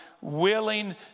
willing